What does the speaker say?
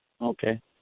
Okay